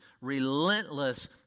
relentless